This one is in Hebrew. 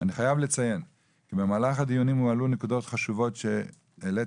אני חייב לציין כי במהלך הדיונים הועלו נקודות חשובות שהעליתי